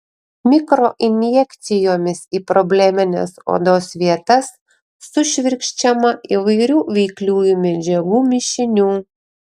mikroinjekcijomis į problemines odos vietas sušvirkščiama įvairių veikliųjų medžiagų mišinių